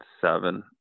Seven